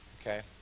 Okay